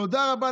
תודה.